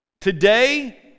Today